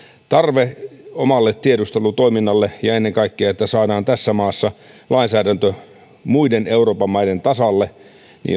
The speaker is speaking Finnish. tarve omalle tiedustelutoiminnalle ja ennen kaikkea sille että saadaan tässä maassa lainsäädäntö muiden euroopan maiden tasalle